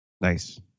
nice